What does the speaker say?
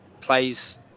plays